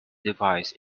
device